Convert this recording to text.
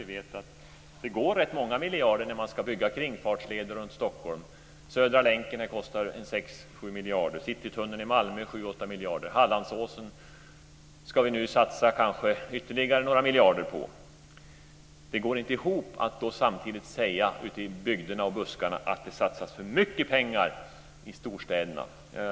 Vi vet att det går rätt många miljarder när man ska bygga t.ex. Hallandsåsen ska vi nu satsa kanske ytterligare några miljarder på. Då går det inte ihop att samtidigt ute i bygderna och buskarna säga att det satsas för mycket pengar i storstäderna.